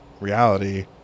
reality